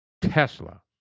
Tesla